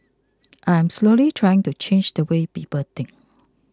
I'm slowly trying to change the way people think